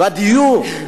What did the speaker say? דיור.